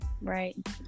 right